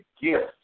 gift